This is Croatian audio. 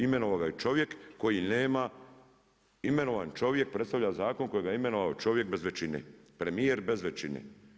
Imenovao ga je čovjek koji nema, imenovan čovjek predstavlja zakon kojega je imenovao čovjek bez većine, premijer bez većine.